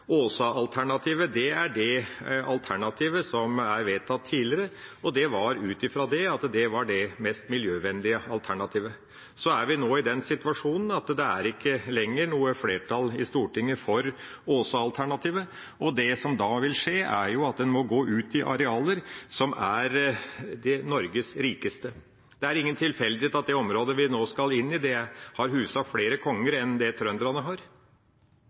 jernbanen. Senterpartiet står på alternativet med Åsa. Åsa-alternativet er det alternativet som er vedtatt tidligere. Det er fordi det er det mest miljøvennlige alternativet. Vi er nå i den situasjonen at det ikke lenger er noe flertall i Stortinget for Åsa-alternativet. Det som da vil skje, er at en må gå ut i arealer som er Norges rikeste. Det er ingen tilfeldighet at det området vi nå skal inn i, har huset flere konger enn det trønderne har.